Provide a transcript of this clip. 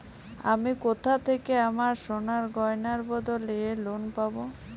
আমি কোথা থেকে আমার সোনার গয়নার বদলে লোন পাবো?